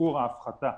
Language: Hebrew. שיעור ההפחתה